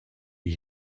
die